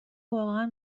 واقعا